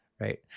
right